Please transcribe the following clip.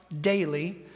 daily